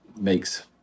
makes